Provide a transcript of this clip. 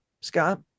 Scott